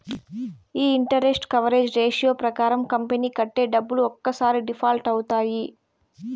ఈ interest coverage ratio ప్రకారం company కట్టే డబ్బులు ఒక్కసారి డిఫాల్ట్ అవుతాయి